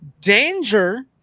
danger